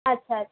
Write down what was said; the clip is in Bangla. আচ্ছা আচ্ছা